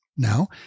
Now